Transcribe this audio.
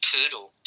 Poodle